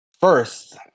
first